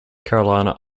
carolina